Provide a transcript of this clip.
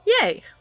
Yay